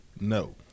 no